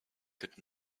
could